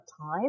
time